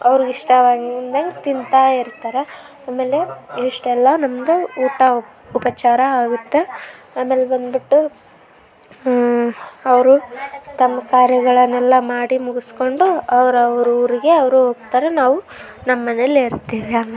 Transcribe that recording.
ಅವ್ರಿಗೆ ಇಷ್ಟವಾಗಿದ್ದಂಗೆ ತಿಂತಾ ಇರ್ತಾರೆ ಆಮೇಲೆ ಇಷ್ಟೆಲ್ಲಾ ನಮ್ಮದು ಊಟ ಉಪ ಉಪಚಾರ ಆಗುತ್ತೆ ಆಮೇಲೆ ಬಂದುಬಿಟ್ಟು ಅವರು ತಮ್ಮ ಕಾರ್ಯಗಳನ್ನೆಲ್ಲ ಮಾಡಿ ಮುಗಿಸ್ಕೊಂಡು ಅವ್ರವ್ರ ಊರಿಗೆ ಅವರು ಹೋಗ್ತಾರೆ ನಾವು ನಮ್ಮಮನೇಲ್ಲೆ ಇರ್ತಿವಿ ಆಮೇಲೆ